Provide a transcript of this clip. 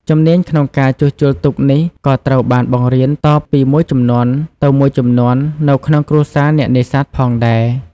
ជំនាញក្នុងការជួសជុលទូកនេះ ក៏ត្រូវបានបង្រៀនតពីមួយជំនាន់ទៅមួយជំនាន់នៅក្នុងគ្រួសារអ្នកនេសាទផងដែរ។